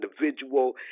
individual